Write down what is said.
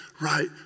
right